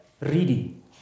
Reading